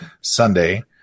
Sunday